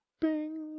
Bing